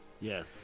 Yes